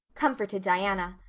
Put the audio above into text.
comforted diana.